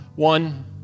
One